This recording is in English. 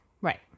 Right